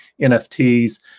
NFTs